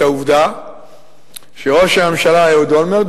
את העובדה שראש הממשלה אהוד אולמרט,